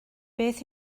beth